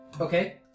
Okay